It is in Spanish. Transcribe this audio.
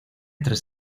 tres